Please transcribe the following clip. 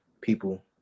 people